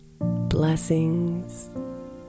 Blessings